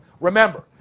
Remember